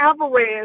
Alvarez